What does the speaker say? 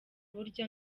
burya